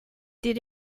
did